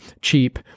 cheap